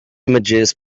images